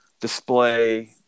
display